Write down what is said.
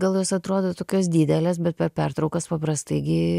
gal jos atrodo tokios didelės bet per pertraukas paprastai gi